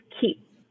keep